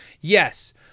yes